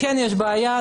כן יש בעיה,